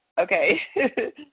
Okay